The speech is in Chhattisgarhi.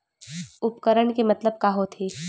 उपकरण के मतलब का होथे?